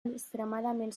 extremament